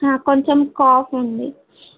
కొంచెం కాఫ్ ఉంది